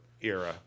era